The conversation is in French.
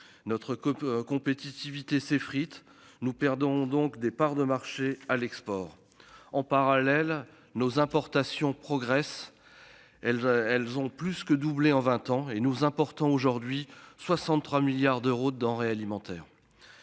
copain compétitivité s'effrite, nous perdons donc des parts de marché à l'export en parallèle nos importations progressent. Elles, elles ont plus que doublé en 20 ans et nous important aujourd'hui 63 milliards d'euros de denrées alimentaires.